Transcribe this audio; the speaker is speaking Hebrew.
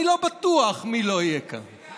אני לא בטוח מי לא יהיה כאן.